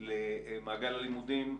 למעגל הלימודים,